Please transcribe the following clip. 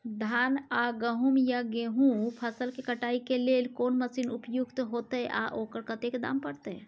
धान आ गहूम या गेहूं फसल के कटाई के लेल कोन मसीन उपयुक्त होतै आ ओकर कतेक दाम परतै?